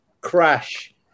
crash